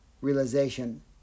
realization